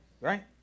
Right